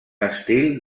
estil